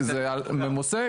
זה ממוסה.